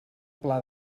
pla